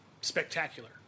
spectacular